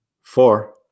Four